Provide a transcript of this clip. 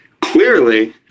clearly